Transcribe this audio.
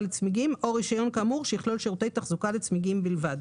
לצמיגים) או רישיון כאמור שיכלול שירותי תחזוקה לצמיגים בלבד.